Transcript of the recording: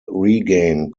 regain